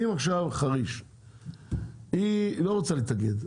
אם עכשיו חריש היא לא רוצה להתאגד,